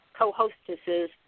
co-hostesses